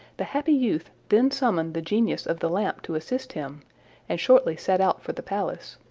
the happy youth then summoned the genius of the lamp to assist him and shortly set out for the palace.